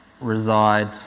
reside